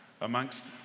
amongst